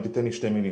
אם תיתן לי שתי מילים,